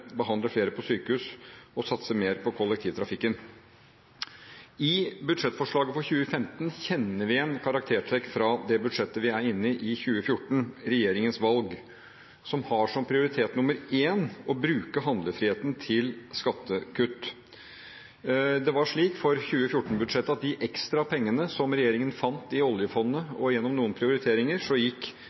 flere på sykehus og satse mer på kollektivtrafikken. I budsjettforslaget for 2015 kjenner vi igjen karaktertrekk fra det budsjettet vi er inne i, for 2014: regjeringens valg, som har som prioritet nr. 1 å bruke handlefriheten til skattekutt. For 2014-budsjettet var det slik at av de ekstra pengene som regjeringen fant i oljefondet og gjennom noen prioriteringer, gikk